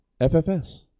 FFS